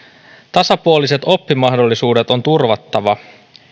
tasapuoliset oppimahdollisuudet on turvattava